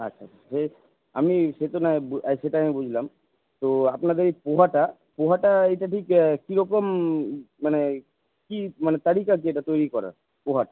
আচ্ছা বেশ আমি সে তো না হয় সেটা আমি বুঝলাম তো আপনাদের এই পোহাটা পোহাটা এটা ঠিক কীরকম মানে কী মানে তারিকা কী এটা তৈরি করার পোহাটা